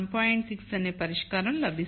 6 అనే పరిష్కారం లభిస్తుంది